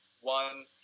one